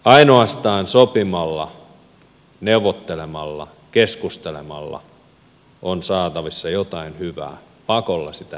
ainoastaan sopimalla neuvottelemalla keskustelemalla on saatavissa jotain hyvää pakolla sitä ei synny